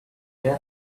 you